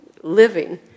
living